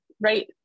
right